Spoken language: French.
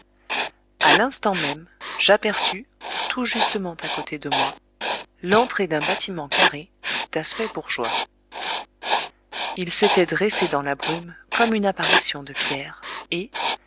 à l'instant même j'aperçus tout justement à côté de moi l'entrée d'un bâtiment carré d'aspect bourgeois il s'était dressé dans la brume comme une apparition de pierre et